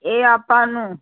ਇਹ ਆਪਾਂ ਨੂੰ